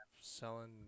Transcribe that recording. selling